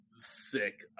sick